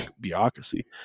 bureaucracy